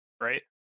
right